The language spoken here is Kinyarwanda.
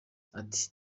ati